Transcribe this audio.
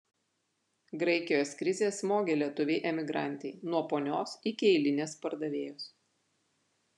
graikijos krizė smogė lietuvei emigrantei nuo ponios iki eilinės pardavėjos